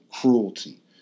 cruelty